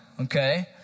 Okay